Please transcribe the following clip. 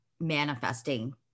manifesting